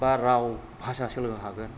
बा राव भासा सोलोंहोनो हागोन